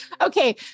okay